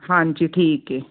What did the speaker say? ਹਾਂਜੀ ਠੀਕ ਹੈ